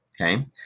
okay